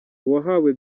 uwahawe